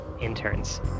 interns